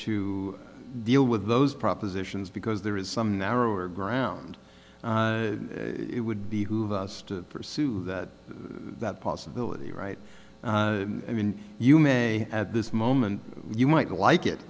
to deal with those propositions because there is some narrower ground it would be who of us to pursue that possibility right i mean you may at this moment you might like it